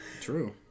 True